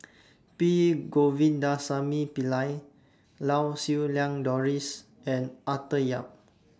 P Govindasamy Pillai Lau Siew Lang Doris and Arthur Yap